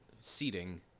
seating